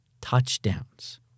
touchdowns